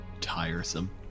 tiresome